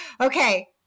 okay